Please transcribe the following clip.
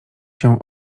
cię